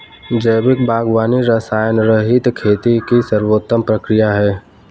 जैविक बागवानी रसायनरहित खेती की सर्वोत्तम प्रक्रिया है